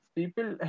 People